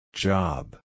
Job